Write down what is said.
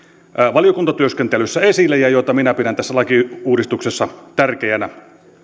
valiokuntatyöskentelyssä esille ja joita minä pidän tässä lakiuudistuksessa tärkeinä